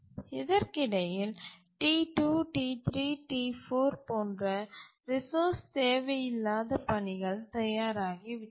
இதற்கிடையில் T2 T3 T4 போன்ற resource தேவையில்லாத பணிகள் தயாராகிவிட்டன